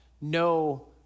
no